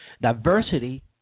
diversity